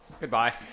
Goodbye